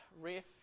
ref